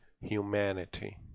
humanity